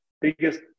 biggest